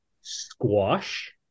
squash